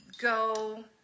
Go